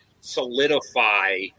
solidify